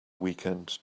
weekend